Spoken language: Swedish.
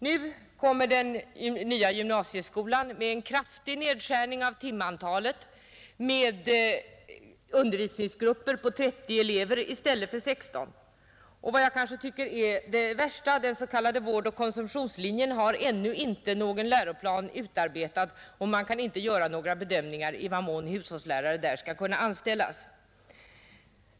Nu införs den nya gymnasieskolan med en kraftig nedskärning av timantalet och med undervisningsgrupper på 30 elever i stället för 16. Det värsta enligt min mening är att för den s.k. vårdoch konsumtionslinjen ännu inte finns någon läroplan utarbetad och man kan inte göra några bedömningar i vad mån hushållslärare skall kunna anställas där.